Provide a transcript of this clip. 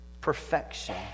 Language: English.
Perfection